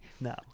No